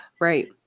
Right